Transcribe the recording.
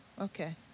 Okay